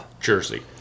jersey